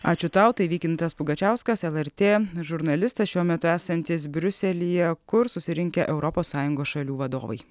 ačiū tau tai vykintas pugačiauskas lrt žurnalistas šiuo metu esantis briuselyje kur susirinkę europos sąjungos šalių vadovai